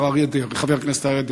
חבר הכנסת אריה דרעי,